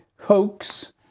hoax